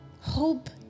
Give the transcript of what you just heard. Hope